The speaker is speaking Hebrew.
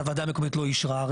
שהוועדה המקומית לא אישרה.